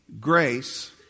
grace